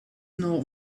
know